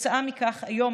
כתוצאה מכך היום,